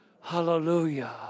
Hallelujah